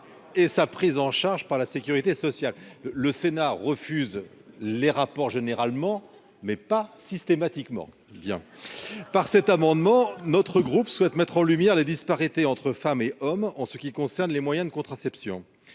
Et sa prise en charge par la Sécurité sociale : le Sénat refuse les rapports généralement mais pas systématiquement, bien par cet amendement, notre groupe souhaite mettre en lumière les disparités entre femmes et hommes en ce qui concerne les moyens de contraception